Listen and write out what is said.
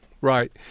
Right